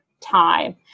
time